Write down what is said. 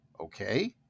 okay